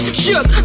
shook